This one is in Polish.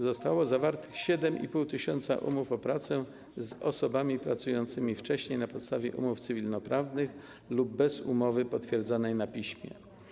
Zostało zawartych 7,5 tys. umów o pracę z osobami pracującymi wcześniej na podstawie umów cywilnoprawnych lub bez umowy potwierdzonej na piśmie.